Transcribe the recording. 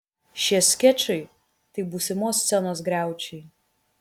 šie skečai tai būsimos scenos griaučiai